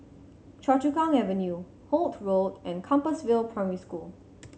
Choa Chu Kang Avenue Holt Road and Compassvale Primary School